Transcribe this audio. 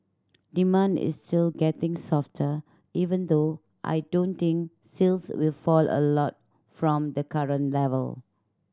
demand is still getting softer even though I don't think sales will fall a lot from the current level